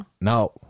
No